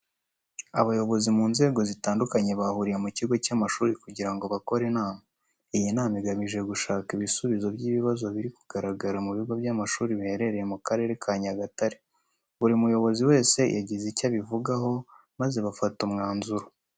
Abayobozi mu nzego zitandukanye bahuriye mu kigo cy'amashuri kugira ngo bakore inama. Iyi nama igamije gushaka ibisubizo by'ibibazo biri kugaragara mu bigo by'amashuri biherereye mu Karere ka Nyagatare. Buri muyobozi wese yagize icyo abivugaho maze bafata umwanzuro.